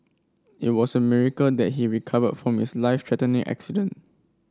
it was a miracle that he recovered from his life threatening accident